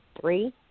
three